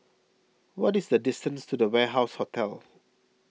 what is the distance to the Warehouse Hotel